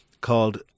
called